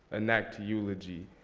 enact a eulogy,